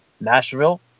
Nashville